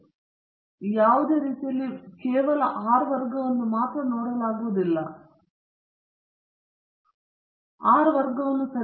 ಆದ್ದರಿಂದ ಯಾವುದೇ ರೀತಿಯಲ್ಲಿ R ವರ್ಗವನ್ನು ಮಾತ್ರ ನೋಡಲಾಗುವುದಿಲ್ಲ ಆದರೆ R ಚೌಕಟ್ಟು ಸರಿಹೊಂದಿಸಲ್ಪಟ್ಟಿದೆ ಅಥವಾ ಹೆಚ್ಚಿನ ನಿಯತಾಂಕಗಳನ್ನು ಸೇರಿಸುವುದರೊಂದಿಗೆ ಕಡಿಮೆಯಾಗುತ್ತಿದೆಯೇ ಎಂಬುದನ್ನು ನೋಡಲು ಸರಿಹೊಂದಿಸಲಾದ R ವರ್ಗವನ್ನು ನೋಡಿ